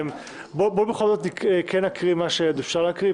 בוא נקריא מה שאפשר להקריא,